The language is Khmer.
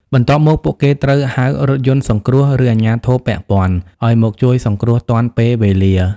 បន្ទាប់មក ពួកគេត្រូវ ហៅរថយន្តសង្គ្រោះ ឬអាជ្ញាធរពាក់ព័ន្ធ ឲ្យមកជួយសង្គ្រោះទាន់ពេលវេលា។